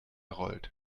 rollt